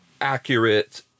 accurate